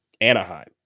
Anaheim